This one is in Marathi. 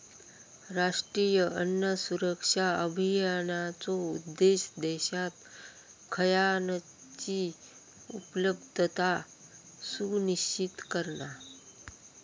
राष्ट्रीय अन्न सुरक्षा अभियानाचो उद्देश्य देशात खयानची उपलब्धता सुनिश्चित करणा